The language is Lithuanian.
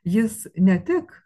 jis ne tik